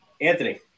Anthony